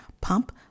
pump